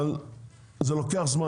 אבל זה לוקח זמן,